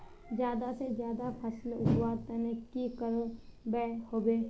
ज्यादा से ज्यादा फसल उगवार तने की की करबय होबे?